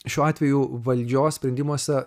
šiuo atveju valdžios sprendimuose